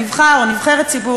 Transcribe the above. נבחר או נבחרת ציבור,